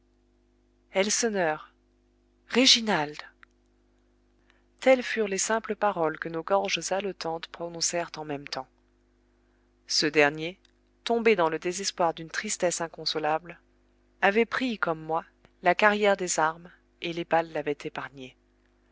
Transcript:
elseneur réginald telles furent les simples paroles que nos gorges haletantes prononcèrent en même temps ce dernier tombé dans le désespoir d'une tristesse inconsolable avait pris comme moi la carrière des armes et les balles l'avaient épargné